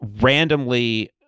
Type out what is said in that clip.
randomly